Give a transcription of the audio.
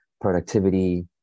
productivity